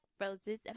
roses